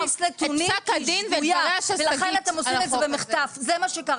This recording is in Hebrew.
את פסק הדין ואת דבריה של שגית על החוק הזה.